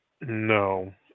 No